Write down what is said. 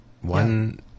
one